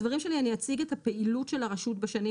בדברים שלי אני אציג את הפעילות של הרשות בשנים